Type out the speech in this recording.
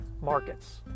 markets